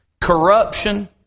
Corruption